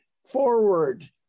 Forward